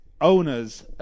owners